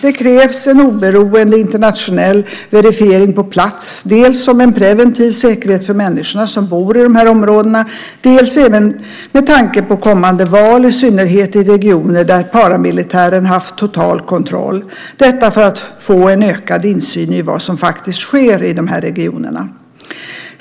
Det krävs en oberoende internationell verifiering på plats, dels som en preventiv säkerhet för människorna som bor i dessa områden, dels även med tanke på kommande val, i synnerhet i regioner där paramilitären haft total kontroll - detta för att få en ökad insyn i vad som faktiskt sker i dessa regioner.